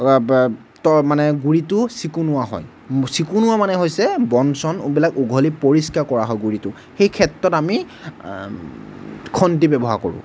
তো মানে গুৰিটো চিকুণোৱা হয় চিকুণোৱা মানে হৈছে বন চন বিলাক উঘালি পৰিস্কাৰ কৰা হয় গুৰিটো সেই ক্ষেত্ৰত আমি খন্তি ব্যৱহাৰ কৰোঁ